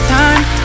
time